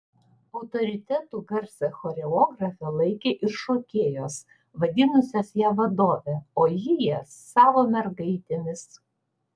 autoritetu garsią choreografę laikė ir šokėjos vadinusios ją vadove o ji jas savo mergaitėmis